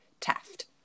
Taft